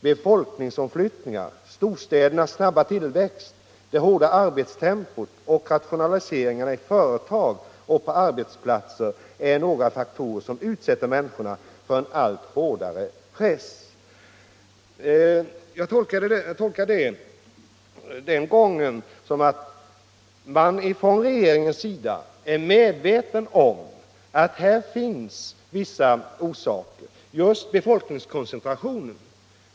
Befolkningsomflyttningar, storstädernas snabba tillväxt, det hårda arbetstempot och rationaliseringarna i företag och på arbetsplatser är några faktorer som utsätter människorna för en allt hårdare press.” Den gången tolkade jag det uttalandet så att man från regeringens sida är medveten om att det finns vissa orsaker till brottsutvecklingen, bl.a. den starka befolkningskoncentrationen.